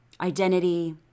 Identity